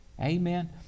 Amen